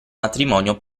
matrimonio